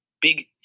Big